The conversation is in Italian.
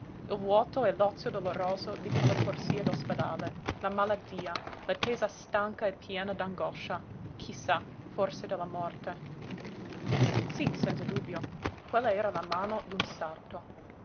vuoto e l'ozio doloroso di quella corsia d'ospedale la malattia l'attesa stanca e piena d'angoscia chi sa forse della morte sí senza dubbio quella era la mano d'un sarto